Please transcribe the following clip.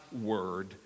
word